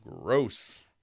Gross